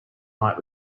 night